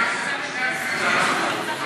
להצעה לסדר-היום?